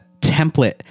template